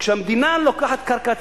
כשהמדינה לוקחת קרקע ציבורית,